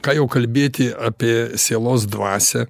ką jau kalbėti apie sielos dvasią